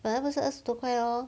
本来不是二十多块 lor